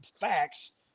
facts